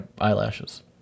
eyelashes